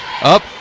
Up